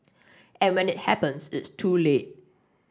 and when it happens it's too late